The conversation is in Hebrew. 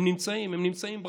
הם נמצאים, הם נמצאים ברחובות,